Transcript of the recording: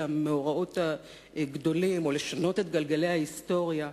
המאורעות הגדולים או לשנות את גלגלי ההיסטוריה,